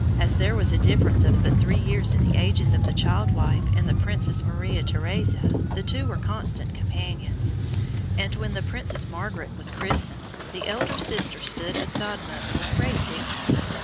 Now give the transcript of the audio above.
as there was a difference of but three years in the ages of the child-wife and the princess maria theresa, the two were constant companions and when the princess margaret was christened, the elder sister stood as godmother with great dignity.